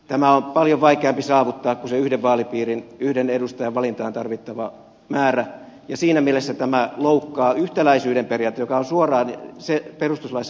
tämä on paljon vaikeampi saavuttaa kuin se yhden vaalipiirin yhden edustajan valintaan tarvittava määrä ja siinä mielessä tämä loukkaa yhtäläisyyden periaatetta joka on suoraan perustuslaissa määrätty